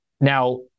Now